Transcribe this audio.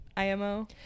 imo